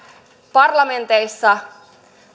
parlamenteissa